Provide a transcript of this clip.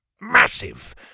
Massive